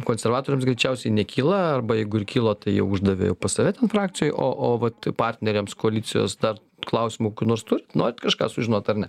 konservatoriams greičiausiai nekyla arba jeigu ir kilo tai jau uždavė pas save frakcijoj o o vat partneriams koalicijos dar klausimų kokių nors turit norit kažką sužinot ar ne